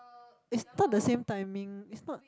it's not the same timing it's not